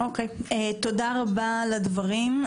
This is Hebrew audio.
תודה רבה על הדברים.